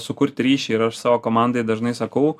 sukurti ryšį ir aš savo komandai dažnai sakau